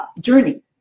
journey